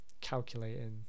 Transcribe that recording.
calculating